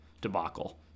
debacle